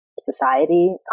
society